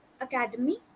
Academy